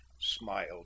smiled